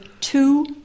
Two